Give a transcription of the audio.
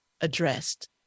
addressed